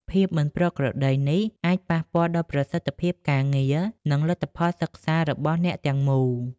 ភាពមិនប្រក្រតីនេះអាចប៉ះពាល់ដល់ប្រសិទ្ធភាពការងារ និងលទ្ធផលសិក្សារបស់អ្នកទាំងមូល។